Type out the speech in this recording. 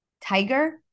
Tiger